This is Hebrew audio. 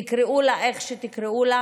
תקראו לה איך שתקראו לה,